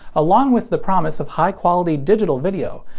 along with the promise of high-quality digital video,